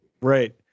Right